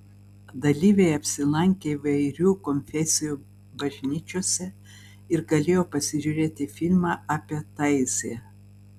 dalyviai apsilankė įvairių konfesijų bažnyčiose ir galėjo pasižiūrėti filmą apie taizė